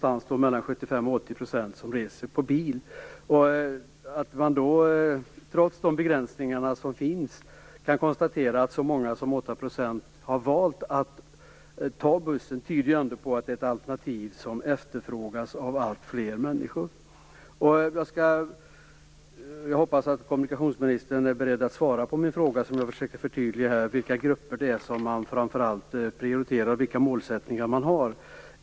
Att så många som 8 % trots de begränsningar som finns har valt att ta bussen, tyder ju på att det ändå är ett alternativ som efterfrågas av alltfler människor. Jag hoppas att kommunikationsministern är beredd att svara på den fråga som jag försökte förtydliga här, alltså vilka grupper det är som man framför allt prioriterar, och vilka målsättnigar man har.